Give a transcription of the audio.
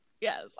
Yes